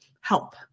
help